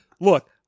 look